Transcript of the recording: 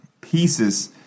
pieces